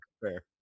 fair